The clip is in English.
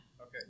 Okay